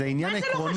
זה עניין עקרוני.